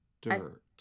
dirt